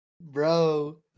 bro